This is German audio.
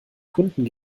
kunden